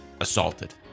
assaulted